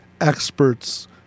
experts